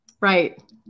Right